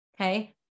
Okay